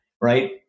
right